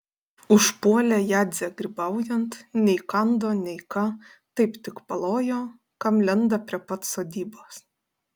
užpuolė jadzę grybaujant nei kando nei ką taip tik palojo kam lenda prie pat sodybos